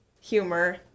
humor